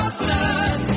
blood